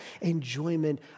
enjoyment